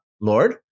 Lord